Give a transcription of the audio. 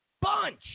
bunch